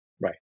right